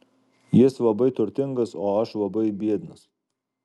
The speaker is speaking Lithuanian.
jis labai turtingas o aš labai biednas